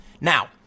Now